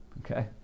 Okay